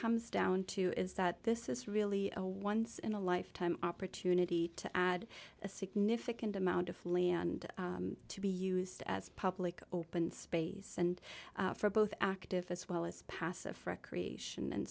comes down to is that this is really a once in a lifetime opportunity to add a significant amount of land to be used as public open space and for both active as well as passive recreation and